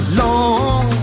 long